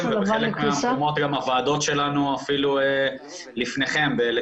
בחלק מהמקומות הוועדות שלנו אפילו לפניכם וכדי